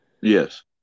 Yes